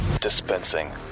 Dispensing